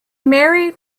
married